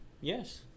yes